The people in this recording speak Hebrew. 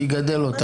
שיגדל אותה.